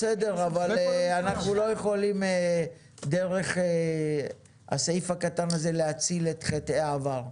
בסדר אבל אנחנו לא יכולים דרך הסעיף הקטן הזה להציל את חטאי העבר.